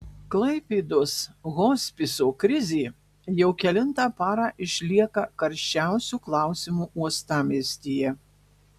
klaipėdos hospiso krizė jau kelintą parą išlieka karščiausiu klausimu uostamiestyje